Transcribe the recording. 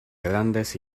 grandes